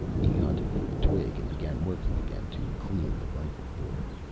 he hunted for a twig and began working again to clean the rifle bore.